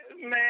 Man